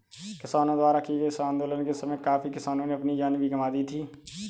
किसानों द्वारा किए गए इस आंदोलन के समय काफी किसानों ने अपनी जान भी गंवा दी थी